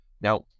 Now